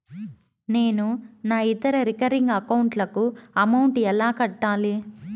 నేను నా ఇతర రికరింగ్ అకౌంట్ లకు అమౌంట్ ఎలా కట్టాలి?